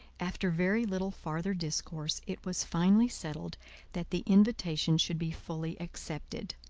after very little farther discourse, it was finally settled that the invitation should be fully accepted.